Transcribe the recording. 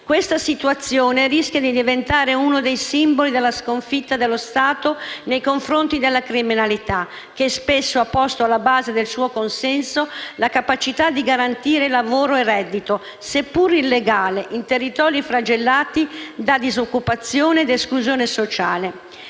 Questa situazione rischia di diventare uno dei simboli della sconfitta dello Stato nei confronti della criminalità, che spesso ha posto alla base del suo consenso la capacità di garantire lavoro e reddito, seppur illegale, in territori flagellati da disoccupazione ed esclusione sociale.